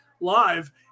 live